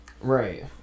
Right